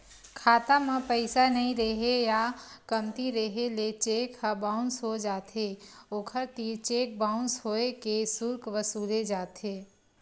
खाता म पइसा नइ रेहे या कमती रेहे ले चेक ह बाउंस हो जाथे, ओखर तीर चेक बाउंस होए के सुल्क वसूले जाथे